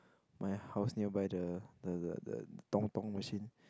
my house nearby the the the machine